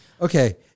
Okay